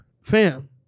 fam